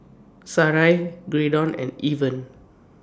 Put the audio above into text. Sarai Graydon and Irven